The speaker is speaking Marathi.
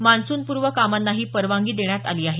मान्सूनपूर्व कामांना परवानगी देण्यात आली आहे